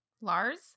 Lars